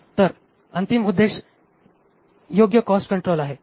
तर अंतिम उद्देश योग्य कॉस्ट कंट्रोल आहे